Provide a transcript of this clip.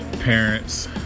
parents